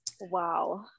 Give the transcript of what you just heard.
Wow